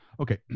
Okay